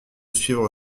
suivre